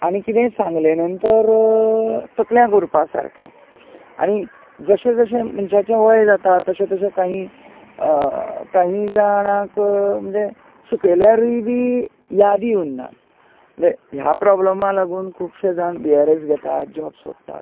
आनी किदें सांगले नंतर तकल्यांत उरपा सारकें आनी जशें जशें मनशाचें वय जाता तशें तशें कायी कांयी जाणांक म्हणजे शिकयल्यारय बी यादी उनात म्हणजे ह्या प्राॅब्लमा लागून खुबशें जाण वीआरएस घेतात जाॅब सोडटात